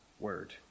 Word